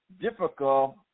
difficult